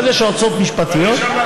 אבל יש יועצות משפטיות שלא עובדות.